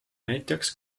näiteks